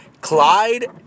Clyde